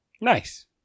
Nice